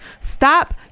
Stop